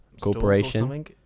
corporation